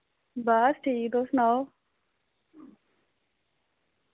बस ठीक तुस सनाओ